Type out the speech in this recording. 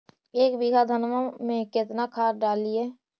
एक बीघा धन्मा में केतना खाद डालिए?